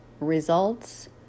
results